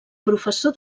professor